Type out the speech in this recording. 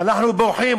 אנחנו בורחים,